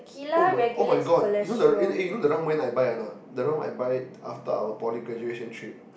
oh my [oh]-my-god you know eh you know the rum when I buy or not the rum I buy after our Poly graduation trip